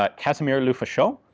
ah casimir lefaucheux,